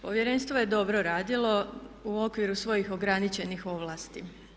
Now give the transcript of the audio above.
Povjerenstvo je dobro radilo u okviru svojih ograničenih ovlasti.